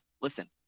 Listen